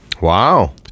wow